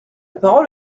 parole